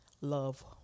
love